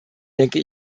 denke